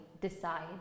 decide